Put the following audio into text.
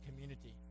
community